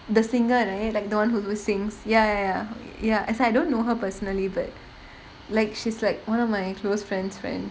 the singer right like the [one] who do~ sings ya ya ya ya as I don't know her personally but like she's like one of my close friend's friend